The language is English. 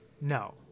No